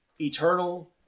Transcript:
eternal